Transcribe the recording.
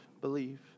Believe